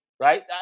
Right